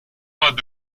pas